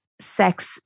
sex